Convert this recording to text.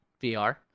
VR